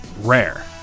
Rare